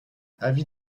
avis